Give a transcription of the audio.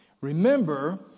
Remember